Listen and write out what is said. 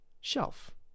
shelf